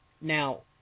Now